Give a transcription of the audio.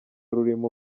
rurimo